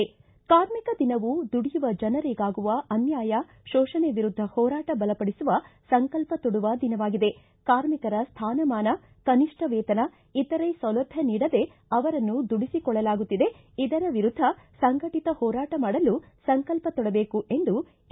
karmic ದಿನವು ದುಡಿಯುವ ಜನರಿಗಾಗುವ ಅನ್ವಾಯ ಶೋಷಣೆ ವಿರುದ್ದ ಹೋರಾಟ ಬಲಪಡಿಸುವ ಸಂಕಲ್ಪ ತೊಡುವ ದಿನವಾಗಿದೆ ಕಾರ್ಮಿಕರ ಸ್ಥಾನಮಾನ ಕನಿಷ್ಟ ವೇತನ ಇತರೆ ಸೌಲಭ್ಯ ನೀಡದೆ ಅವರನ್ನು ದುಡಿಸಿಕೊಳ್ಳಲಾಗುತ್ತಿದೆ ಇದರ ವಿರುದ್ದ ಸಂಘಟಿತ ಹೋರಾಟ ಮಾಡಲು ಸಂಕಲ್ಪ ತೊಡಬೇಕು ಎಂದು ಎ